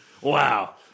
Wow